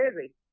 busy